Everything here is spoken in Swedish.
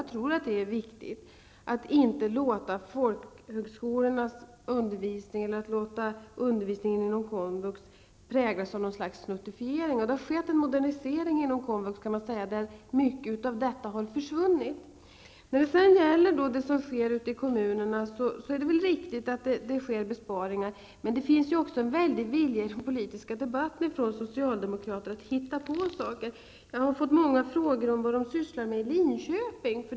Jag tror att det är viktigt att inte låta undervisningen inom folkhögskolan eller komvux präglas av något slags snuttifiering. Det har skett en modernisering inom komvux där mycket av detta har försvunnit. Det är riktigt att det sker besparingar i kommunerna. Men det finns en väldig vilja i den politiska debatten från socialdemokraternas sida att hitta på saker. Jag har fått många frågor om vad socialdemokraterna gör i Linköping.